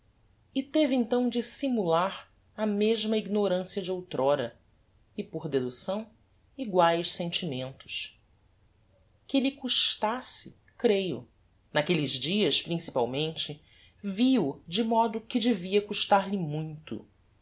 e teve então de simular a mesma ignorancia de outr'ora e por deducção eguaes sentimentos que lhe custasse creio naquelles dias principalmente vi-o de modo que devia custar-lhe muito